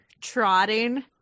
trotting